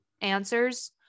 answers